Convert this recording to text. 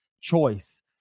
choice